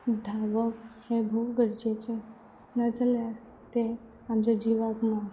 धांवप हें भोव गरजेचें ना जाल्यार तें आमच्या जिवाक माल